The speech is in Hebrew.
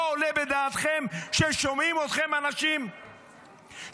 לא עולה בדעתכם ששומעים אתכם אנשים שבשעה